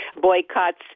boycotts